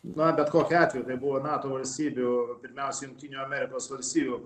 na bet kokiu atveju tai buvo nato valstybių pirmiausia jungtinių amerikos valstijų